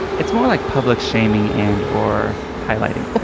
it's more like public shaming and or highlighting.